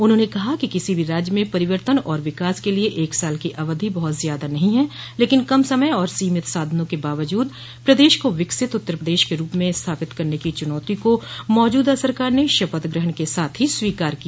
उन्होंने कहा किसी भी राज्य में परिवर्तन और विकास के लिए एक साल की अवधि बहुत ज्यादा नहीं है लेकिन कम समय और सीमित साधनों के बावजूद प्रदेश को विकसित उत्तर प्रदेश के रूप में स्थापित करने की चुनौती को मौजूदा सरकार ने शपथ ग्रहण के साथ ही स्वीकार किया